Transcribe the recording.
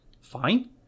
fine